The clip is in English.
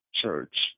church